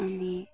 अनि